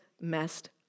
messed